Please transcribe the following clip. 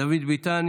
דוד ביטן,